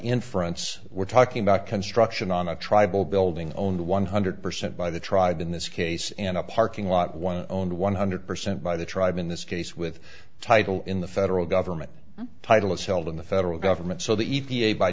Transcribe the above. inference we're talking about construction on a tribal building owned one hundred percent by the tribe in this case and a parking lot one owned one hundred percent by the tribe in this case with the title in the federal government title is held in the federal government so the e